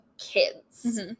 kids